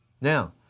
Now